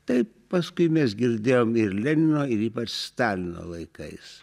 taip paskui mes girdėjom ir lenino ir ypač stalino laikais